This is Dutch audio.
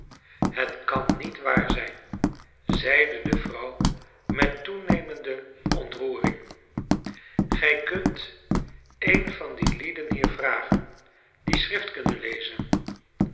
het kan niet waar zijn zeide de vrouw met toenemende ontroering gij kunt een van die lieden hier vragen die schrift kunnen lezen